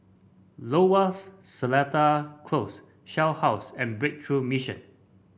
Lowers Seletar Close Shell House and Breakthrough Mission